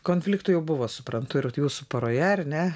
konfliktų jau buvo suprantu ir jūsų poroje ar ne